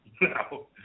No